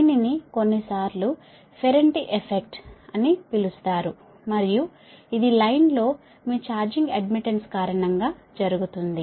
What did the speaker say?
దీనిని కొన్ని సార్లు ఫెరంటి ఎఫెక్ట్ అని పిలుస్తారు మరియు ఇది లైన్ లో మీ ఛార్జింగ్ అడ్మిట్టన్స్ కారణంగా జరుగుతోంది